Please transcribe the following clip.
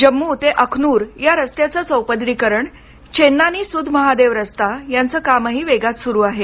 जम्मू अखनूर रस्त्याचं चौपदरीकरण चेन्नानी सुध महादेव रस्ता यांचं कामही वेगातसुरू आहे